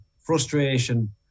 frustration